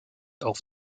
auf